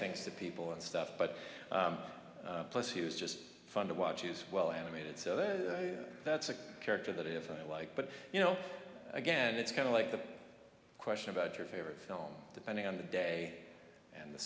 things to people and stuff but plus he was just fun to watch as well animated so then that's a character that if i like but you know again it's kind of like the question about your favorite film depending on the day and the